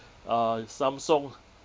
uh samsung